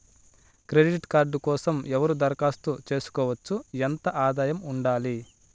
Credit card కోసం ఎవరు దరఖాస్తు చేసుకోవచ్చు? ఎంత ఆదాయం ఉండాలి?